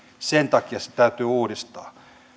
sen takia se täytyy uudistaa